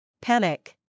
Panic